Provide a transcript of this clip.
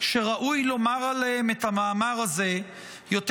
שראוי לומר עליהם את המאמר הזה יותר